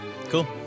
Cool